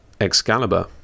Excalibur